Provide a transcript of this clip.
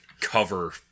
cover